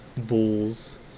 Bulls